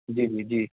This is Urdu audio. جی جی جی